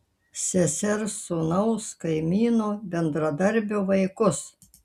sesers sūnaus kaimyno bendradarbio vaikus